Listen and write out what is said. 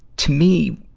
to me,